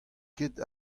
ket